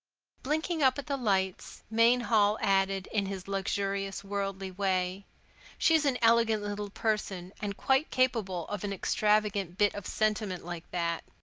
blinking up at the lights, mainhall added in his luxurious, worldly way she's an elegant little person, and quite capable of an extravagant bit of sentiment like that.